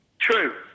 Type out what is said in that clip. True